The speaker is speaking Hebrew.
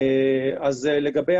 לגבי